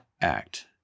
act